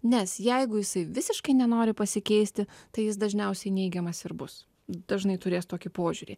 nes jeigu jisai visiškai nenori pasikeisti tai jis dažniausiai neigiamas ir bus dažnai turės tokį požiūrį